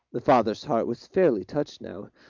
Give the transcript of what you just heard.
the father's heart was fairly touched now.